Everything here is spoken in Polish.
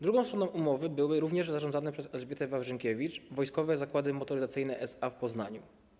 Drugą stroną umowy były również zarządzane przez Elżbietę Wawrzynkiewicz Wojskowe Zakłady Motoryzacyjne SA w Poznaniu.